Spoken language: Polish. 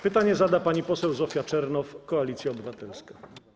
Pytanie zada pani poseł Zofia Czernow, Koalicja Obywatelska.